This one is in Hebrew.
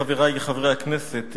חברי חברי הכנסת,